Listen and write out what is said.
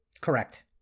correct